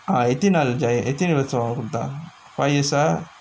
ah இத்தன நாலு:ithanae naalu gia~ இத்தன வருஷோ கொடுத்தா:ithanae varusho koduthaa five years ah